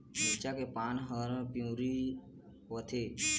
मिरचा के पान हर पिवरी होवथे?